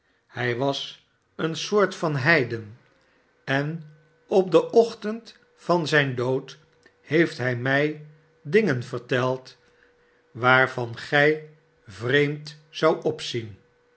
hij was een soort van heiden op den ochtend van zijn dood heeft hij mij dingen verteld waarvan gij vreemd zoudt opzien